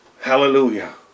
Hallelujah